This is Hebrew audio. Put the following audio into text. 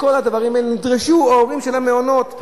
לכל הדברים האלה נדרשו ההורים של הילדים במעונות.